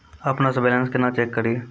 अपनों से बैलेंस केना चेक करियै?